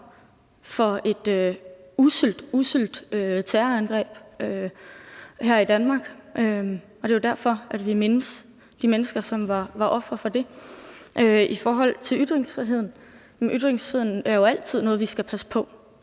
for et usselt, usselt terrorangreb her i Danmark, og det er derfor, at vi mindes de mennesker, som var ofre for det. I forhold til ytringsfriheden er ytringsfriheden jo altid noget, vi skal passe på.